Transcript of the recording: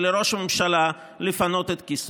מראש הממשלה לפנות את כיסאו.